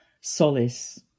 solace